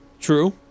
True